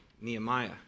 Nehemiah